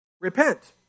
Repent